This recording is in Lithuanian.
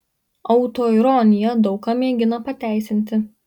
autoironija daug ką mėgina pateisinti